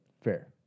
Fair